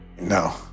No